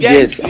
Yes